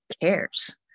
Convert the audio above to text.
cares